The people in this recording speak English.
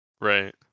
right